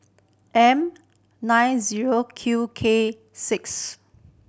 M nine zero Q K six